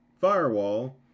firewall